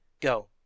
go